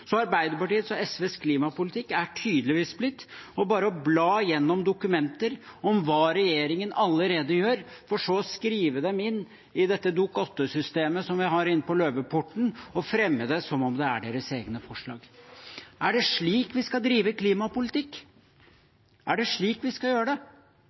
Så Arbeiderpartiets og SVs klimapolitikk er tydeligvis blitt bare å bla gjennom dokumenter om hva regjeringen allerede gjør, for så å skrive dem inn i dette Dokument 8-systemet som vi har inne på Løveporten, og fremme dem som om det er deres egne forslag. Er det slik vi skal drive klimapolitikk? Er det slik vi skal gjøre det?